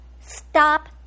stop